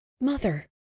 mother